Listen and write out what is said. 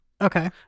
Okay